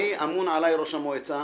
אסף, אמון עליי ראש המועצה